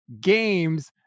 games